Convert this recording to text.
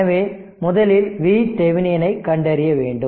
எனவே முதலில் VTheveninஐ கண்டறிய வேண்டும்